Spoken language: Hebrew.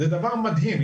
זה דבר מדהים,